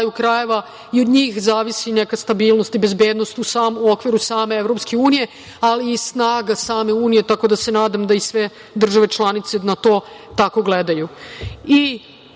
na kraju krajeva, i od njih zavisi neka stabilnost i bezbednost u okviru same EU, ali i snage same Unije, tako da se nadam da i sve države članice na to tako gledaju. Druga